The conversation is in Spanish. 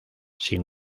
sin